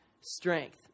strength